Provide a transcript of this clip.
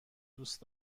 دوست